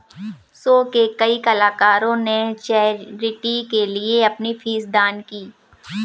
show के कई कलाकारों ने चैरिटी के लिए अपनी फीस दान की